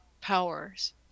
powers